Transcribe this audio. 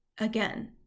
Again